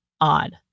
Odd